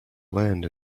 land